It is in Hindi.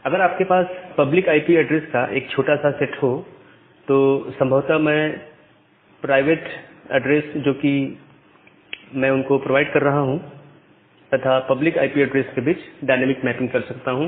अगर आपके पास पब्लिक आईपी ऐड्रेसेस का एक छोटा सेट हो तो संभवत मैं प्राइवेट एड्रेस जो कि मैं उनको प्रोवाइड कर रहा हूं तथा पब्लिक आई पी एड्रेस के बीच डायनामिक मैपिंग कर सकता हूं